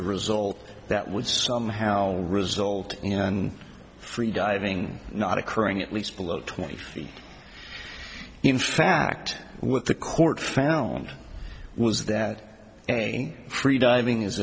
a result that would somehow result in free diving not occurring at least below twenty feet in fact what the court found was that a free diving is